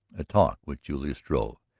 a talk with julius struve,